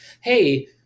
hey